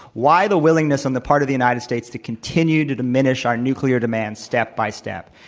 why the willingness on the part of the united states to continue to diminish our nuclear demands step by step?